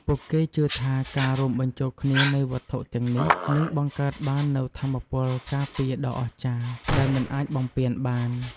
ពួកគេជឿថា ការរួមបញ្ចូលគ្នានៃវត្ថុទាំងនេះនឹងបង្កើតបាននូវថាមពលការពារដ៏អស្ចារ្យដែលមិនអាចបំពានបាន។